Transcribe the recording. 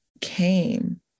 came